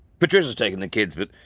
patricia's taken the kids but,